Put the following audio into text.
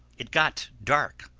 it got dark,